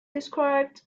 described